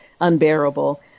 unbearable